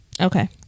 Okay